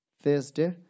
Thursday